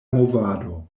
movado